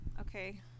Okay